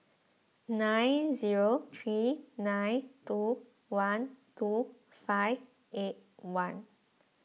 nine zero three nine two one two five eight one